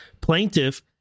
Plaintiff